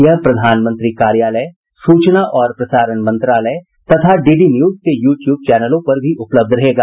यह प्रधानमंत्री कार्यालय सूचना और प्रसारण मंत्रालय तथा डीडी न्यूज के यू ट्यूब चैनलों पर भी उपलब्ध रहेगा